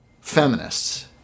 feminists